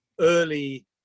early